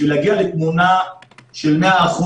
בשביל להגיע לתמונה של 100%,